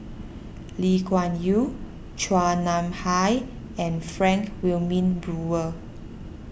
Lee Kuan Yew Chua Nam Hai and Frank Wilmin Brewer